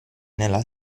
nella